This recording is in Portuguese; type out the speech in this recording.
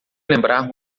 lembrar